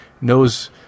knows